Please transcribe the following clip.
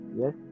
yes